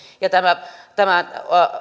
tämän